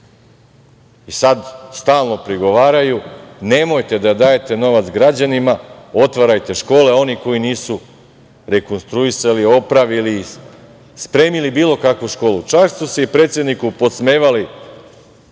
stalno prigovaraju - nemojte da dajete novac građanima, otvarajte škole, oni koji nisu rekonstruisali, opravili iste, spremili bilo kakvu školu. Čak su se predsedniku podsmevali